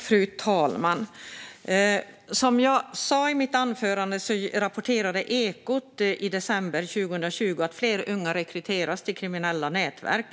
Fru talman! Som jag sa i mitt anförande rapporterade Ekot i december 2020 att fler unga rekryteras till kriminella nätverk.